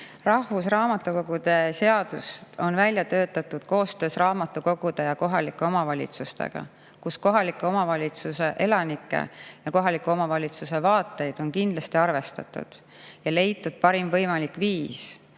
[Rahva]raamatukogu seadust on välja töötatud koostöös raamatukogude ja kohalike omavalitsustega. Kohaliku omavalitsuse elanike ja kohaliku omavalitsuse vaateid on kindlasti arvestatud ja leitud parim võimalik viis